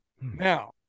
Now